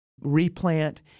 replant